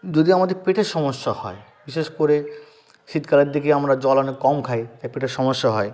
যদি আমাদের পেটের সমস্যা হয় বিশেষ করে শীতকালের দিকে আমরা জল অনেক কম খাই তাই পেটের সমস্যা হয়